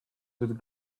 with